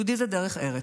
יהודי זה דרך ארץ,